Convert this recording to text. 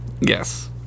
Yes